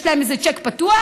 יש להם איזה צ'ק פתוח?